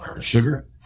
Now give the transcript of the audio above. sugar